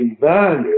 value